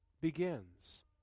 begins